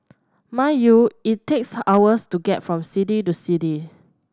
mind you it takes hours to get from city to city